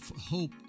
hope